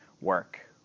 work